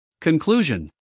Conclusion